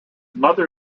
mother